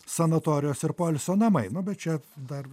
sanatorijos ir poilsio namai nu bet čia dar